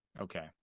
Okay